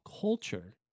culture